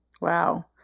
wow